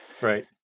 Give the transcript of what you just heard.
Right